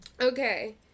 Okay